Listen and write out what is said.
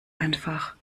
einfach